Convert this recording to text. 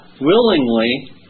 willingly